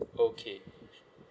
okay